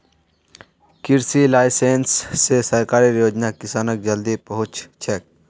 कृषि लाइसेंस स सरकारेर योजना किसानक जल्दी पहुंचछेक